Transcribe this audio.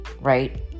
right